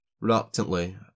Reluctantly